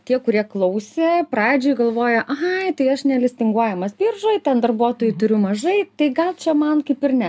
tie kurie klausė pradžioj galvoja ai tai aš nelistinguojamas biržoj ten darbuotojų turiu mažai tai gal čia man kaip ir ne